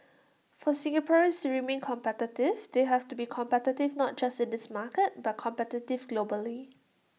for Singaporeans to remain competitive they have to be competitive not just in this market but competitive globally